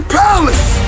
palace